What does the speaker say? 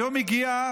היום הגיע,